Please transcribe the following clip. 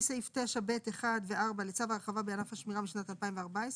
טור 1 טור 2 טור 3 טור 4